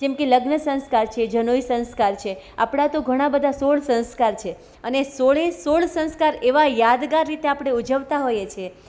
જેમકે લગ્ન સંસ્કાર છે જનોઈ સંસ્કાર છે આપણા તો ઘણા બધા સોળ સંસ્કાર છે અને સોળે સોળ સંસ્કાર એવા યાદગાર રીતે આપણે ઉજવતા હોઈએ છે